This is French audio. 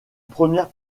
première